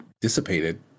dissipated